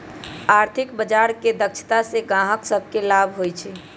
आर्थिक बजार के दक्षता से गाहक सभके लाभ होइ छइ